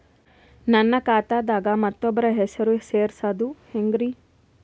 ನನ್ನ ಖಾತಾ ದಾಗ ಮತ್ತೋಬ್ರ ಹೆಸರು ಸೆರಸದು ಹೆಂಗ್ರಿ?